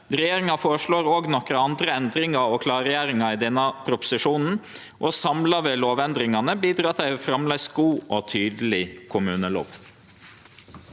Regjeringa føreslår òg nokre andre endringar og klargjeringar i denne proposisjonen, og samla vil lovendringane bidra til ei framleis god og tydeleg kommunelov.